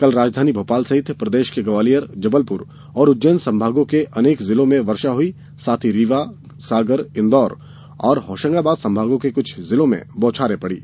कल राजधानी भोपाल सहित प्रदेश के ग्वालियर जबलपुर तथा उज्जैन संभागों के अनेक जिलों में वर्षा हुई साथ ही रीवा सागर इंदौर और होशंगाबाद संभागों के कुछ जिलों में बौछारें पड़ी